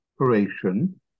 operation